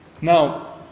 Now